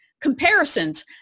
Comparisons